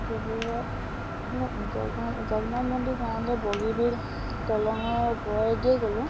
ডিব্ৰুগড়ত জগন্নাথ মন্দিৰ গাঁৱতে বগীবিল দলঙৰ ওপৰেদিয়ে গ'লোঁ